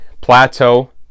plateau